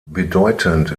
bedeutend